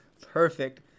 Perfect